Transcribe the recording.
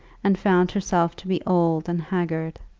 and found herself to be old and haggard.